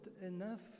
enough